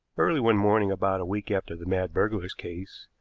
early one morning about a week after the mad burglar's case,